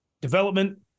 development